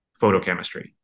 photochemistry